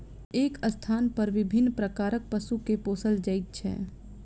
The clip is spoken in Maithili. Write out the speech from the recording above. एक स्थानपर विभिन्न प्रकारक पशु के पोसल जाइत छै